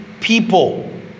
people